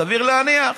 סביר להניח.